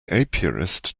apiarist